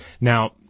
Now